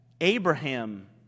Abraham